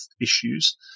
issues